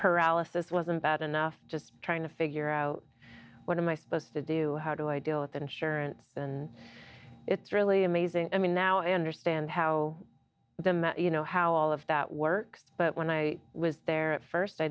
paralysis wasn't bad enough just trying to figure out what am i supposed to do how do i deal with insurance and it's really amazing i mean now i understand how the met you know how all of that works but when i was there at first i